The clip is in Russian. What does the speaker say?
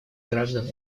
граждан